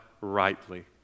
rightly